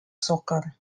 soccer